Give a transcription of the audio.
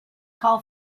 call